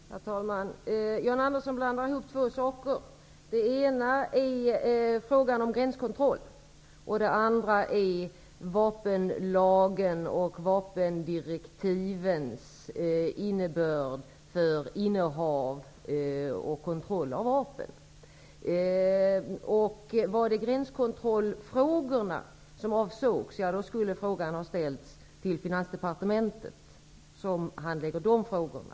Herr talman! John Andersson blandar ihop två saker, nämligen frågan om gränskontroll och frågan om vapenlagen och vapendirektivens innebörd för innehav och kontroll av vapen. Om det var gränskontrollfrågorna som avsågs skulle frågan ha ställts till Finansdepartementet, som handlägger den typen av frågor.